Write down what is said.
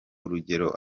urugero